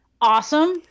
Awesome